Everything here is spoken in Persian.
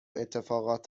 اتفاقات